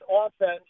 offense